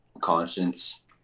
Conscience